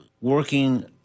working